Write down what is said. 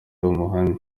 umuhamya